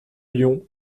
lyon